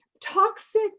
Toxic